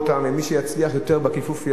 ומי שיצליח יותר בכיפוף ידיים,